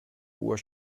uhr